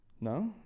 No